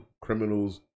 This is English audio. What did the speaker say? criminals